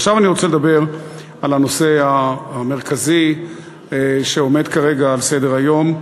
עכשיו אני רוצה לדבר על הנושא המרכזי שעומד כרגע על סדר-היום,